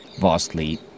vastly